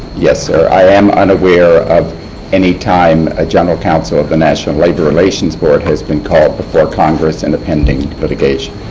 yes, sir. i am unaware of any time a general counsel of the national labor relations board has been called before congress in and a pending litigation.